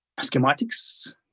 schematics